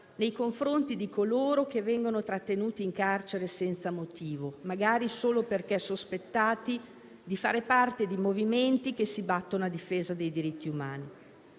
nei confronti di coloro che vengono trattenuti in carcere senza motivo, magari solo perché sospettati di fare parte di movimenti che si battono a difesa dei diritti umani.